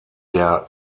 der